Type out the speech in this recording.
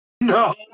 No